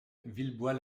villebois